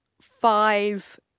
five